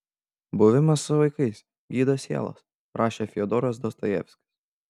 buvimas su vaikais gydo sielas rašė fiodoras dostojevskis